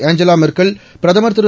Angela Merkel பிரதமர் திரு